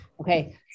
Okay